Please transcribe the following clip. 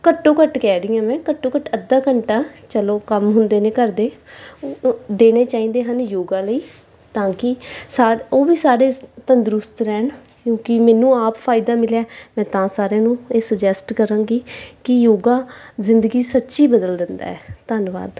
ਘੱਟੋ ਘੱਟ ਕਹਿ ਰਹੀ ਹਾਂ ਮੈਂ ਘੱਟੋ ਘੱਟ ਅੱਧਾ ਘੰਟਾ ਚਲੋ ਕੰਮ ਹੁੰਦੇ ਨੇ ਘਰ ਦੇ ਦੇਣੇ ਚਾਹੀਦੇ ਹਨ ਯੋਗਾ ਲਈ ਤਾਂ ਕਿ ਸਾਰੇ ਉਹ ਵੀ ਸਾਰੇ ਤੰਦਰੁਸਤ ਰਹਿਣ ਕਿਉਂਕਿ ਮੈਨੂੰ ਆਪ ਫਾਇਦਾ ਮਿਲਿਆ ਮੈਂ ਤਾਂ ਸਾਰਿਆਂ ਨੂੰ ਇਹ ਸਜੈਸਟ ਕਰਾਂਗੀ ਕਿ ਯੋਗਾ ਜ਼ਿੰਦਗੀ ਸੱਚੀ ਬਦਲ ਦਿੰਦਾ ਧੰਨਵਾਦ